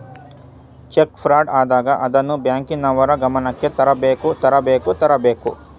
check fraud ಆದಾಗ ಅದನ್ನು ಬ್ಯಾಂಕಿನವರ ಗಮನಕ್ಕೆ ತರಬೇಕು ತರಬೇಕು ತರಬೇಕು